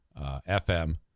FM